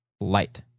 light